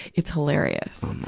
it's hilarious.